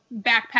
backpack